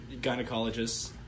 gynecologist